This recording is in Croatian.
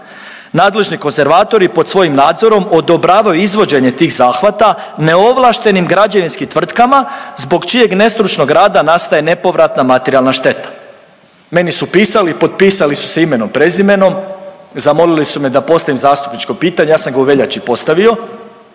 Nadležni konzervatori pod svojim nadzorom odobravaju izvođenje tih zahvata neovlaštenim građevinskim tvrtkama zbog čijeg nestručnog rada nastaje nepovratna materijalna šteta. Meni su pisali i potpisali su se imenom i prezimenom, zamolili su me da postavim zastupničko pitanje, ja sam ga u veljači postavio,